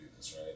Right